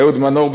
אהוד מנור,